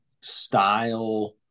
style